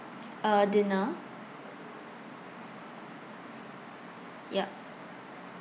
uh dinner yup